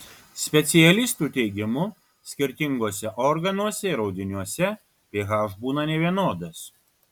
specialistų teigimu skirtinguose organuose ir audiniuose ph būna nevienodas